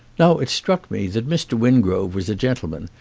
now it struck me that mr. wingrove was a gentleman,